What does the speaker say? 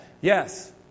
Yes